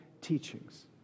teachings